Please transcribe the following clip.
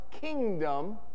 kingdom